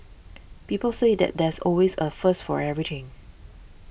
people say that there's always a first for everything